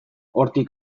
hortik